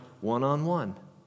one-on-one